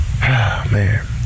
Man